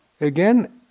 Again